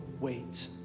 wait